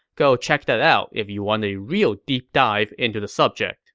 go check that out if you want a real deep dive into the subject